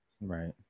Right